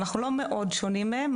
אנחנו לא מאוד שונים מהם,